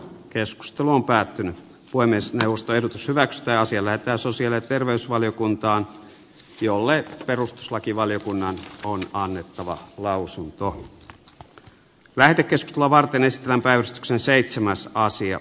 keskustelu on päättynyt puhemiesneuvosto ehdotus hyväksytään siellä asuu siellä terveysvaliokuntaan jolle perustuslakivaliokunnan on annettava lausunto ollut värikäs lavarakenne päivystyksen seitsemänssä järjestykseen